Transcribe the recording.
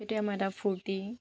সেইটোৱে আমাৰ এটা ফূৰ্তি